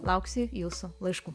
lauksiu jūsų laiškų